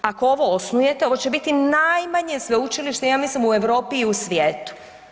Ako ovo osnujete, ovo će biti najmanje sveučilište, ja mislim u Europi i u svijetu.